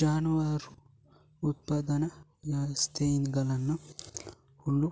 ಜಾನುವಾರು ಉತ್ಪಾದನಾ ವ್ಯವಸ್ಥೆಗಳನ್ನ ಹುಲ್ಲುಗಾವಲು